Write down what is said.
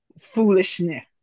foolishness